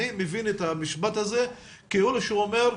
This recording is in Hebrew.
אני מבין את המשפט הזה כאילו שהוא אומר,